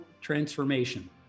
transformation